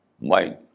mind